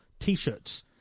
t-shirts